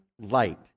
light